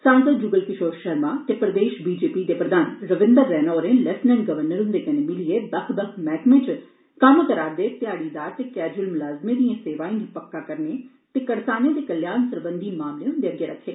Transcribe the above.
सांसद ज्गल किशोर शर्मा ते प्रदेश बी जे पी दे प्रधान रविंदर रैना होरें लेफ्टिनेंट गवर्नर हंदे'नै मिलियै बक्ख बक्ख मैहकमें च कम्म करा'रदे ध्याड़ीदार ते कैजुअल मुलाज़में दिएं सेवाएं गी पक्का करने ते करसानें दे कल्याण सरबंधी मामले उंदे अग्गे रक्खे